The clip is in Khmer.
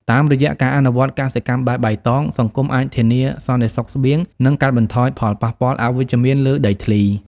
តាមរយៈការអនុវត្តកសិកម្មបែបបៃតង សង្គមអាចធានាសន្តិសុខស្បៀង និងកាត់បន្ថយផលប៉ះពាល់អវិជ្ជមានលើដីធ្លី។